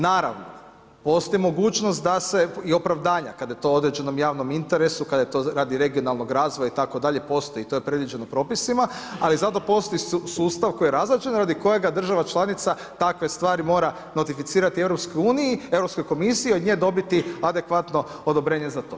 Naravno, postoji mogućnost da se i opravdanja kada je to u određenom javnom interesu, kada je to radi regionalnog razvoja itd., postoji i to je predviđeno propisima, ali zato postoji sustav koji je razrađen, radi kojega država članica takve stvari mora notificirati EU-u, Europskoj komisiji i od nje dobiti adekvatno odobrenje za to.